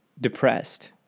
depressed